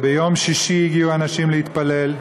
ביום שישי הגיעו אנשים להתפלל,